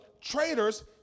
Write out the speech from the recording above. traitors